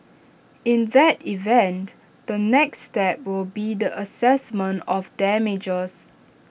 in that event the next step will be the Assessment of damages